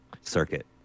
circuit